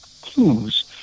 clues